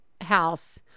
house